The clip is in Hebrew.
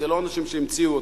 זה לא אנשים שהמציאו אותם.